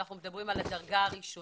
כשאנחנו מדברים על קרבה מדרגה ראשונה.